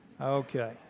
Okay